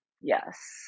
yes